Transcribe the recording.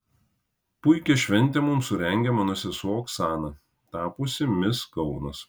puikią šventę mums surengė mano sesuo oksana tapusi mis kaunas